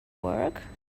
work